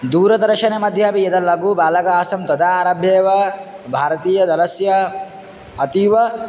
दूरदर्शने मध्ये अपि यद लधुबालकः आसं तदा आरभ्य एव भारतीयदलस्य अतीव